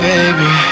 Baby